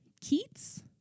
Keats